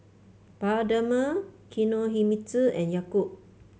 Bioderma Kinohimitsu and Yakult